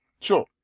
Sure